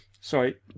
Sorry